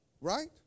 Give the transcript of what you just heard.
right